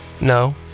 No